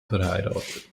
verheiratet